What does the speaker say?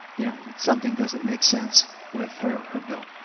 you know, something doesn't make sense with her her bill.